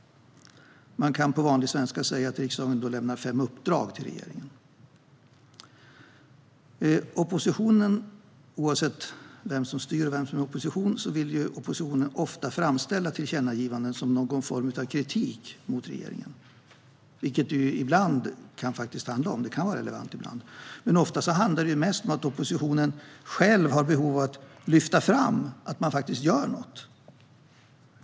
Man kan på vanlig svenska säga att riksdagen lämnar fem uppdrag till regeringen. Oppositionen, oavsett vem som styr och vem som är i opposition, vill ofta framställa tillkännagivanden som någon form av kritik mot regeringen. Ibland kan det handla just om kritik, så det kan vara relevant. Men ofta handlar det mest om att oppositionen själv har behov av att lyfta fram att man gör något.